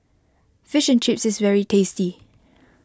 Fish and Chips is very tasty